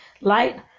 light